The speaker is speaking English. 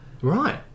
Right